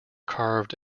carved